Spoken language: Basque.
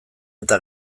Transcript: eta